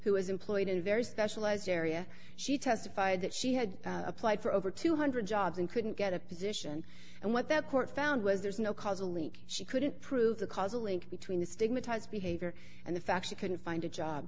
who is employed in a very specialized area she testified that she had applied for over two hundred jobs and couldn't get a position and what the court found was there's no causal link she couldn't prove the causal link between the stigmatize behavior and the fact she couldn't find a job